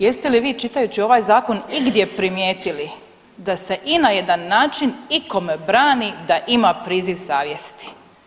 Jeste li vi čitajući ovaj zakon igdje primijetili da se i na jedan način ikome brani da ima priziv savjesti?